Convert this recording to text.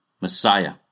messiah